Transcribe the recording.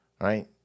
Right